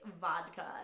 vodka